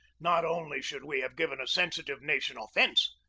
not only should we have given a sensitive nation offence,